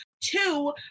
Two